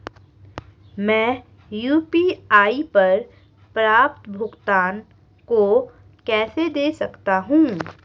मैं यू.पी.आई पर प्राप्त भुगतान को कैसे देख सकता हूं?